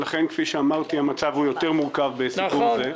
לכן, כפי שאמרתי, המצב מורכב יותר בסיפור זה.